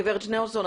גברת שניאורסון,